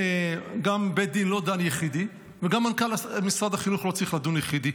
גם בית דין לא דן יחידי וגם מנכ"ל משרד החינוך לא צריך לדון יחידי.